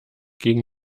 gegen